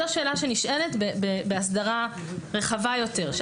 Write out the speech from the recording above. זו שאלה שנשאלת בהסדרה רחבה יותר כאשר